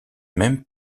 même